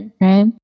right